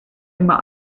immer